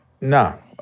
no